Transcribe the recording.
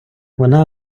вона